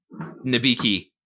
Nabiki